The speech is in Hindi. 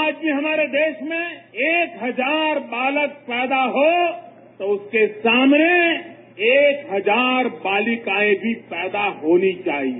आज भी हमारे देश में एक हजार बालक पैदा हो तो उसके सामने एक हजार बालिकाएं भी पैदा होनी चाहिए